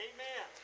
Amen